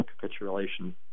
capitulation